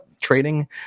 trading